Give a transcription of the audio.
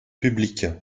publique